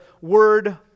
word